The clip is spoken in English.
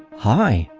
hi!